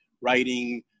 writing